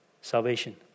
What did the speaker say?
salvation